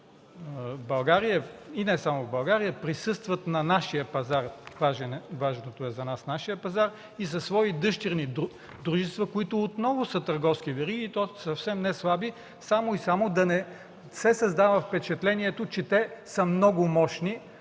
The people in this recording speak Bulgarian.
в България, а и не само в България, присъстват на нашия пазар – важното за нас е нашият пазар, и със свои дъщерни дружества, които отново са търговски вериги, и то съвсем неслаби, само и само да не се създава впечатлението, че те са много мощни